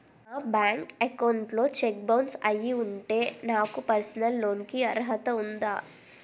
నా bank account లో cheque bounce అయ్యి ఉంటే నాకు పర్సనల్ లోన్ కీ అర్హత ఉందా?